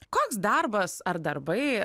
koks darbas ar darbai